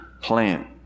plan